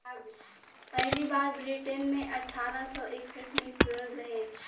पहली बार ब्रिटेन मे अठारह सौ इकसठ मे खुलल रहे